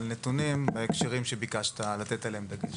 רואים פה גם נתונים לגבי התחברויות פיראטיות,